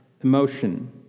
emotion